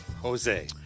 Jose